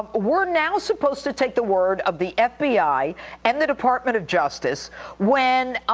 we're now supposed to take the word of the fbi and the department of justice when,